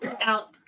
out